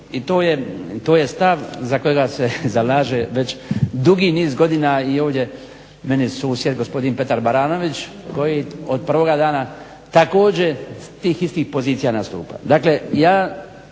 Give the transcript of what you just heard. I to je stav za kojega se zalažem već dugi niz godina i ovdje meni susjed gospodin Petar Baranović koji od prvoga dana također s tih istih pozicija nastupa. Dakle, ja